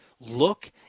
Look